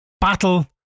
Battle